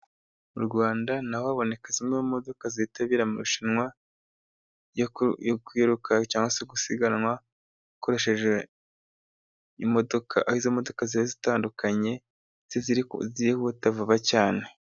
Mu Rwanda naho haboneka zimwe mu modoka zitabira amarushanwa yo kwiruka, cyangwa gusiganwa bakoresheje imodoka, aho izo modoka ziba zitandukanye zirihuta vuba cyane.